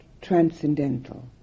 transcendental